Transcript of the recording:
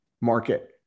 market